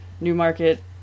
newmarket